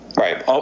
Right